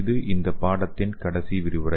இது இந்த பாடத்தின் கடைசி விரிவுரை